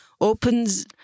opens